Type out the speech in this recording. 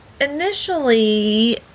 initially